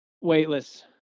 Weightless